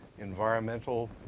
environmental